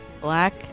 black